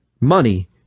Money